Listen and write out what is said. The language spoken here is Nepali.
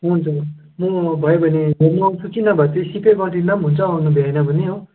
हुन्छ हुन्छ म भयो भने फेरि म आउँछु किन भनेपछि सिधा गरिदिँदा पनि हुन्छ आउनु भ्याइएन भने हो